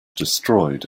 destroyed